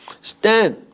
Stand